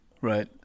Right